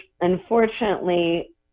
unfortunately